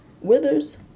Withers